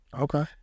Okay